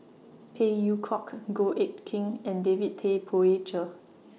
Phey Yew Kok Goh Eck Kheng and David Tay Poey Cher